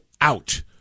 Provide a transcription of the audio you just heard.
out